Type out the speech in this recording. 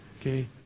Okay